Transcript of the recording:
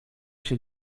się